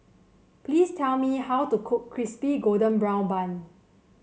please tell me how to cook Crispy Golden Brown Bun